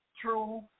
True